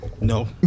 No